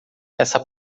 essa